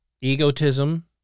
egotism